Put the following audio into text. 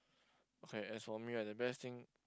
okay as for me right the best thing